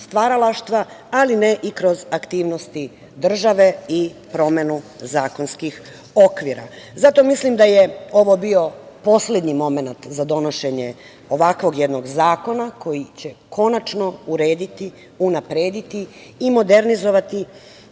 stvaralaštva, ali ne i kroz aktivnosti države i promenu zakonskih okvira. Zato mislim da je ovo bio poslednji momenat za donošenje ovakvog jednog zakona koji će konačno urediti, unaprediti i modernizovati